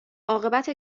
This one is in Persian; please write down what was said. عاقبت